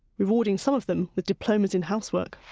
rewarding some of them with diplomas in housework.